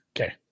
Okay